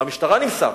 מהמשטרה נמסר